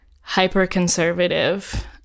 hyper-conservative